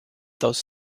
those